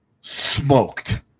Smoked